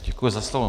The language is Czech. Děkuji za slovo.